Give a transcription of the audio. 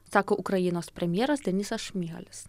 sako ukrainos premjeras denisas šmyhalis